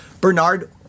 Bernard